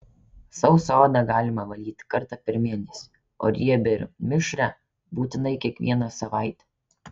sausą odą galima valyti kartą per mėnesį o riebią ir mišrią būtinai kiekvieną savaitę